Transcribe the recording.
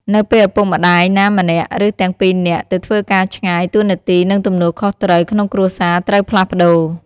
នៅពេលឪពុកម្ដាយណាម្នាក់ ឬទាំងពីរនាក់ទៅធ្វើការឆ្ងាយ តួនាទី និងទំនួលខុសត្រូវក្នុងគ្រួសារត្រូវផ្លាស់ប្តូរ។